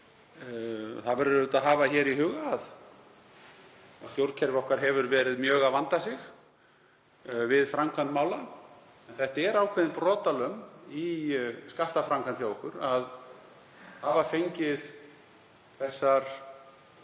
Það verður að hafa í huga að stjórnkerfi okkar hefur verið mjög að vanda sig við framkvæmd mála. En það er ákveðin brotalöm í skattframkvæmd hjá okkur að hafa fengið þessar